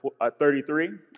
33